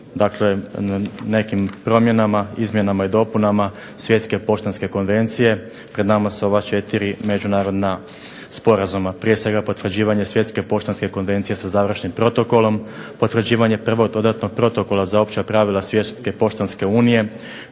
Sukladno nekim promjenama, izmjenama i dopunama Svjetske poštanske konvencije pred nama su ova četiri međunarodna sporazuma, prije svega potvrđivanje Svjetske poštanske konvencije sa završnim protokolom, potvrđivanje prvog dodatnog protokola za opća pravila Svjetske poštanske unije,